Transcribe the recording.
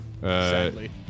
Sadly